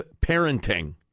parenting